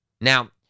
Now